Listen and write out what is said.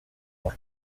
por